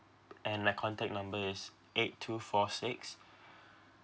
and my contact number is eight two four six